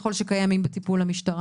ככל שקיימים בטיפול המשטרה.